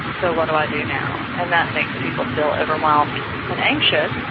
so what do i do now? and, that makes people feel overwhelmed and anxious.